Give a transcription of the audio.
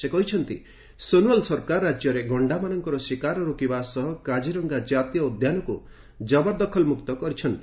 ସେ କହିଛନ୍ତି ସୋନୱାଲ ସରକାର ରାଜ୍ୟରେ ଗଣ୍ଡାମାନଙ୍କ ଶିକାର ରୋକିବା ସହ କାଜିରଙ୍ଗା ଜାତୀୟ ଉଦ୍ୟାନକୁ ଜବରଦଖଲମୁକ୍ତ କରିଛନ୍ତି